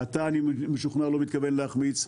אני משוכנע שאתה לא מתכוון להחמיץ,